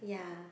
yeah